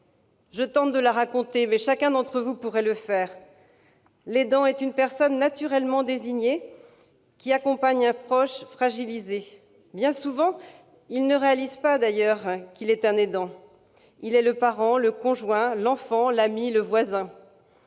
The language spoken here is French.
je tente de la raconter, mais chacun d'entre vous pourrait le faire. L'aidant est une personne naturellement désignée qui accompagne un proche fragilisé. Bien souvent, il ne se rend pas compte qu'il est un aidant, il est le parent, le conjoint, l'enfant, l'ami, le voisin.